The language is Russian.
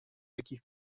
таких